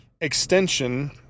extension